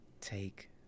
take